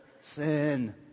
sin